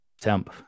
temp